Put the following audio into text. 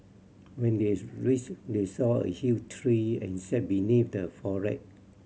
when they reached they saw a huge tree and sat beneath the foliage